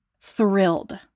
thrilled